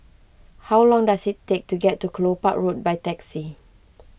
how long does it take to get to Kelopak Road by taxi